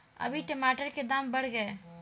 अभी टमाटर के दाम बढ़ गए